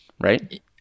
right